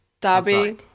Dobby